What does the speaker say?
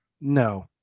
no